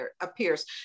appears